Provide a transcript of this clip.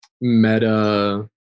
meta